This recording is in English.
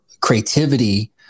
creativity